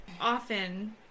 often